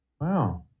wow